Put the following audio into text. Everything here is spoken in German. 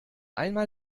einmal